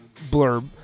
blurb